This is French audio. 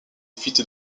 fuites